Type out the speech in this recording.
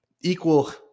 equal